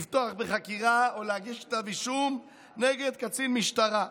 לפתוח בחקירה או להגיש כתב אישום נגד קצין משטרה.